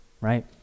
right